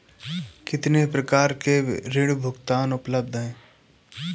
कितनी प्रकार के ऋण भुगतान उपलब्ध हैं?